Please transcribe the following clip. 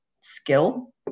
skill